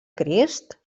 crist